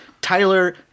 Tyler